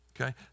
Okay